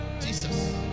Jesus